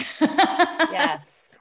Yes